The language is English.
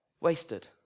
wasted